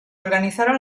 organizaron